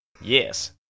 Yes